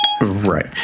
Right